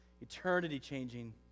eternity-changing